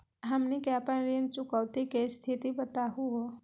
हमनी के अपन ऋण चुकौती के स्थिति बताहु हो?